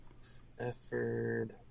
Stafford